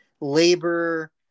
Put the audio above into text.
labor